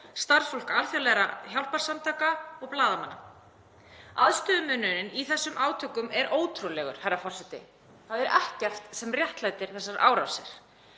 starfsfólk alþjóðlegra hjálparsamtaka og blaðamenn. Aðstöðumunurinn í þessum átökum er ótrúlegur, herra forseti. Það er ekkert sem réttlætir þessar árásir.